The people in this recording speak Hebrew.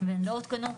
והן לא הותקנו.